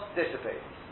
dissipates